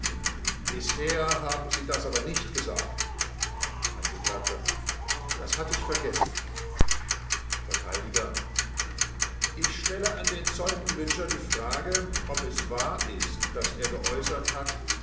bisher haben sie das aber nicht gesagt angekl das hatte ich vergessen verteidiger ich stelle an den zeugen lütscher die frage ob es wahr ist daß er geäußert hat